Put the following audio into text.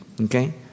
Okay